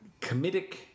comedic